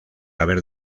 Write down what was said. haber